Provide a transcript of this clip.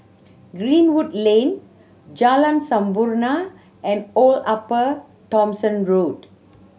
Greenwood Lane Jalan Sampurna and Old Upper Thomson Road